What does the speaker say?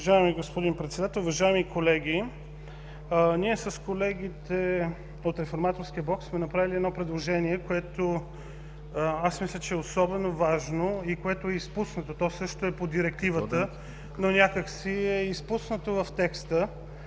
уважаеми колеги! Ние с колегите от Реформаторския блок сме направили едно предложение, което мисля, че е особено важно и което е изпуснато. То също е по Директивата, но някак си е изпуснато в текста,